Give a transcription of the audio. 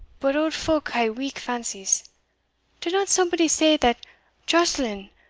but auld folk hae weak fancies did not somebody say that joscelind,